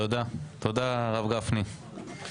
תודה הרבה גפני.